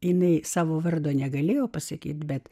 jinai savo vardo negalėjo pasakyti bet